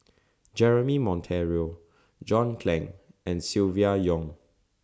Jeremy Monteiro John Clang and Silvia Yong